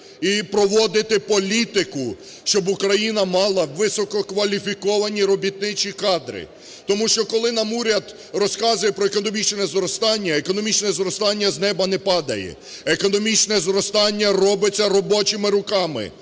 і проводити політику, щоб Україна мала висококваліфіковані робітничі кадри. Тому що, коли нам уряд розказує про економічне зростання, економічне зростання з неба не падає. Економічне зростання робиться робочими руками.